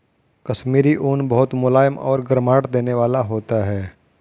कश्मीरी ऊन बहुत मुलायम और गर्माहट देने वाला होता है